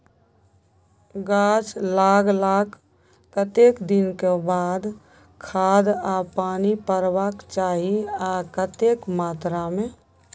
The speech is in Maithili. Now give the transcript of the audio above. गाछ लागलाक कतेक दिन के बाद खाद आ पानी परबाक चाही आ कतेक मात्रा मे?